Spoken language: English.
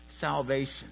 salvation